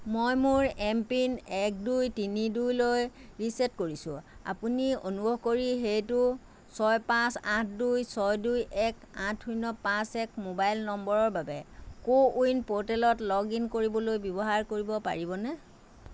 মই মোৰ M PIN এক দুই তিনি দুইলৈ ৰিচেট কৰিছোঁ আপুনি অনুগ্ৰহ কৰি সেইটো ছয় পাঁচ আঠ দুই ছয় দুই এক আঠ শূন্য পাঁচ এক ম'বাইল নম্বৰৰ বাবে কো উইন প'ৰ্টেলত লগ ইন কৰিবলৈ ব্যৱহাৰ কৰিব পাৰিবনে